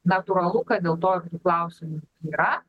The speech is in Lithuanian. natūralu kad dėl to klausimų yra